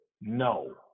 no